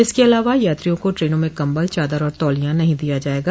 इसके अलावा यात्रियों को ट्रेनों में कंबल चादर और तौलिया नहीं दिया जाएगा